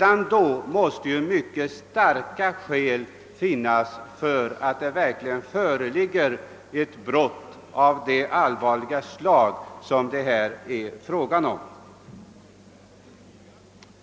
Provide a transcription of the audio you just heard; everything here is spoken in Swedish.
Alltså måste ju mycket starka bevis finnas för att det verkligen föreligger ett brott av det allvarliga slag det här är fråga om.